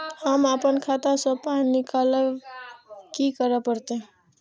हम आपन खाता स पाय निकालब की करे परतै?